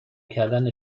کردن